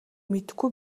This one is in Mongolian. мэдэхгүй